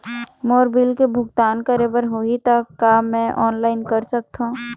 मोर bill के भुगतान करे बर होही ता का मैं ऑनलाइन कर सकथों?